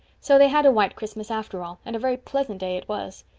so they had a white christmas after all, and a very pleasant day it was.